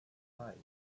five